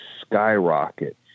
skyrocket